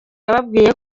yababwiye